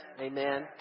amen